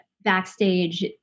backstage